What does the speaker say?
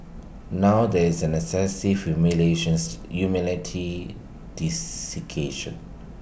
now there is an excessive humility